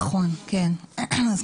נכון, תודה רבה.